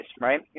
right